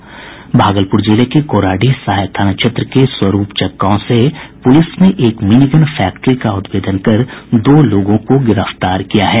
भागलपुर जिले के गोराडीह सहायक थाना क्षेत्र के स्वरूपचक गांव में पुलिस ने एक मिनीगन फैक्ट्री का उद्भेदन कर दो लोगों को गिरफ्तार किया है